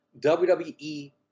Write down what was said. wwe